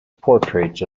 portraits